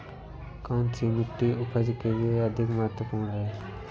कौन सी मिट्टी उपज के लिए अधिक महत्वपूर्ण है?